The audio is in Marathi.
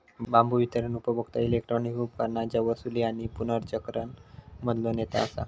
बांबू वितरण उपभोक्ता इलेक्ट्रॉनिक उपकरणांच्या वसूली आणि पुनर्चक्रण मधलो नेता असा